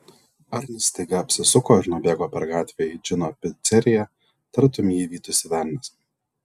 arnis staiga apsisuko ir nubėgo per gatvę į džino piceriją tartum jį vytųsi velnias